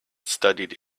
studied